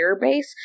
base